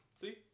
See